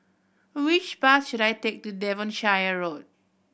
which bus should I take to Devonshire Road